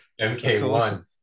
mk1